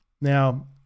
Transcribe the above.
Now